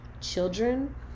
children